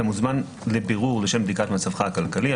אתה מוזמן לבירור לשם בדיקת מצבך הכלכלי.